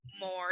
more